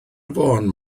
fôn